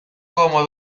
como